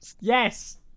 Yes